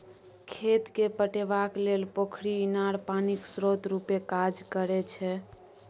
खेत केँ पटेबाक लेल पोखरि, इनार पानिक स्रोत रुपे काज करै छै